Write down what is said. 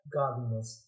godliness